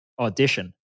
audition